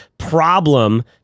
problem